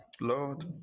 Lord